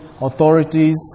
authorities